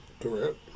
Correct